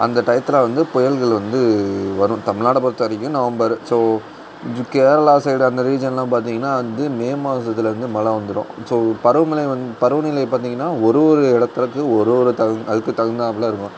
அந்த டயத்தில் வந்து புயல்கள் வந்து வரும் தமிழ்நாடை பொருத்த வரைக்கும் நவம்பர் ஸோ கேரளா சைடு அந்த ரீஜியன்லாம் பார்த்திங்கன்னா வந்து மே மாசத்துலேருந்து மழை வந்துடும் ஸோ பருவ மழை பருவநிலை பார்த்திங்கன்னா ஒரு ஒரு இடத்துலேருந்து ஒரு ஒரு அதுக்கு தகுந்தாப்புல இருக்கும்